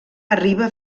arriba